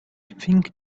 think